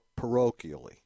parochially